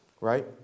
Right